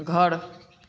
घर